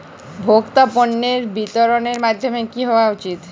ভোক্তা পণ্যের বিতরণের মাধ্যম কী হওয়া উচিৎ?